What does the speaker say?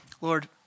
Lord